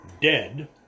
dead